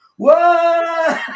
whoa